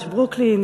יש ברוקלין,